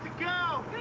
go!